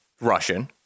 Russian